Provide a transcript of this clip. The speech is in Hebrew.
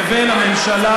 לבין הממשלה